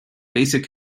basic